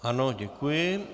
Ano, děkuji.